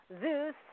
Zeus